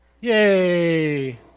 Yay